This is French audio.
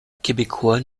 québécois